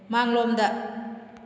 ꯃꯥꯡꯂꯣꯝꯗ